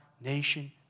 nation